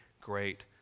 great